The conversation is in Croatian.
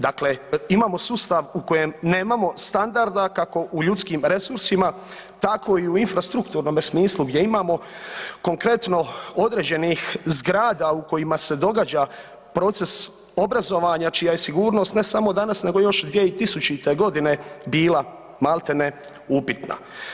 Dakle imamo sustav u kojem nemamo standarda, kako u ljudskim resursima, tako i u infrastrukturnome smislu gdje imamo konkretno određenih zgrada u kojima se događa proces obrazovanja čija je sigurnost, ne samo danas, nego još 2000. g. bila maltene upitna.